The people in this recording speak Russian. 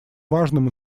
важным